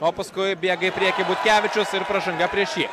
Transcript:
o paskui bėga į priekį butkevičius ir pražanga prieš jį